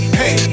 hey